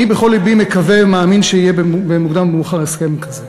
אני בכל לבי מקווה ומאמין שיהיה במוקדם או במאוחר הסכם כזה,